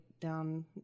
down